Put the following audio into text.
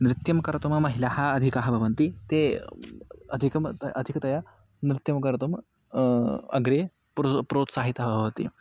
नृत्यं कर्तुं महिलाः अधिकाः भवन्ति ते अधिकम् अधिकतया नृत्यं कर्तुं अग्रे पुरा प्रोत्साहिताः भवन्ति